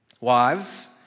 Wives